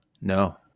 No